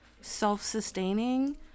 self-sustaining